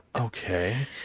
Okay